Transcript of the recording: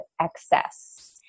excess